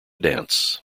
dance